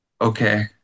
Okay